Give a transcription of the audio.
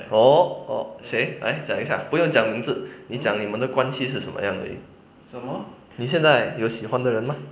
oh oh 谁来讲一下不用讲名字你讲你们的关系是什么样而已你现在有喜欢的人吗